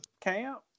camp